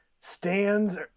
stands